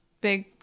big